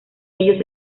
ellos